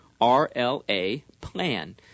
Rlaplan